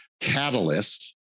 catalyst